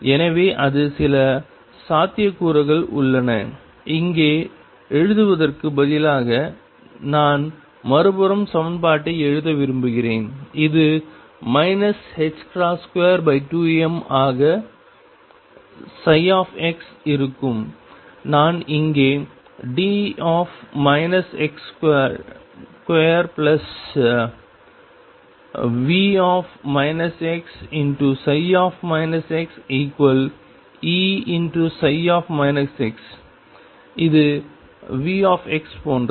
எனவே அது சில சாத்தியக்கூறுகள் உள்ளன இங்கே எழுதுவதற்கு பதிலாக நான் மறுபுறம் சமன்பாட்டை எழுத விரும்புகிறேன் இது 22m ஆக x இருக்கும் நான் இங்கே d x2 plus V x xEψ இது V போன்றது